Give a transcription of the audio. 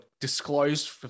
disclosed